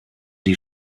die